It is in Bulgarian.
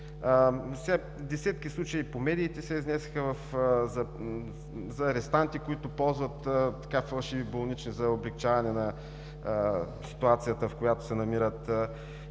десетки случаи по медиите за арестанти, които ползват фалшиви болнични за облекчаване на ситуацията, в която се намират.